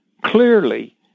clearly